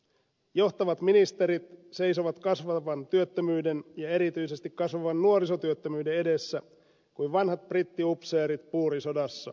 johtavat ministerit seisovat kasvavan työttömyyden ja erityisesti kasvavan nuorisotyöttömyyden edessä kuin vanhat brittiupseerit buurisodassa